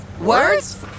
Words